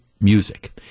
music